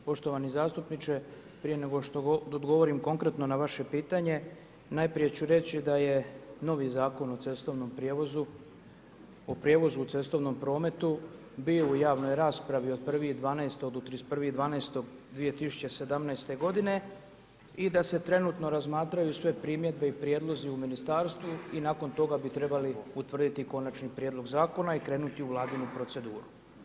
Poštovani zastupniče prije nego što odgovorim konkretno na vaše pitanje najprije ću reći da je novi Zakon o cestovnom prijevozu, o prijevozu u cestovnom prometu bio u javnoj raspravi od 1.12. do 31.12.2017. godine i da se trenutno razmatraju sve primjedbe i prijedlozi u ministarstvu i nakon toga bi trebali utvrditi konačni prijedlog zakona i krenuti u vladinu proceduru.